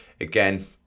Again